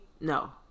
no